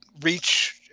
reach